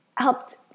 helped